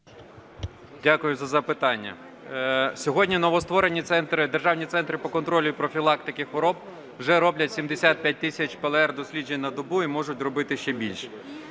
Дякую за запитання. Сьогодні новостворені державні центри по контролю і профілактиці хвороб вже роблять 75 тисяч ПЛР-досліджень на добу і можуть робити ще більше.